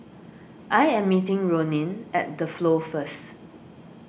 I am meeting Ronin at the Flow first